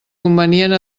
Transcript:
convenient